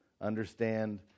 understand